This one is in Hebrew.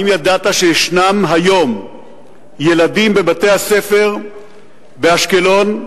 האם ידעת שישנם היום ילדים בבתי-ספר באשקלון,